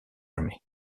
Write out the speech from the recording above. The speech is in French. jamais